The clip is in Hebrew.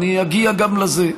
ואגיע גם לזה.